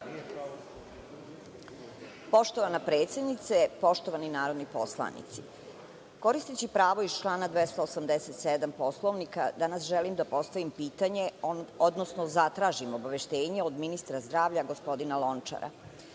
Poštovana predsednice, poštovani narodni poslanici, koristeći pravo iz člana 287. Poslovnika, danas želim da postavim pitanje, odnosno zatražim obaveštenje od ministra zdravlja gospodina Lončara. Moje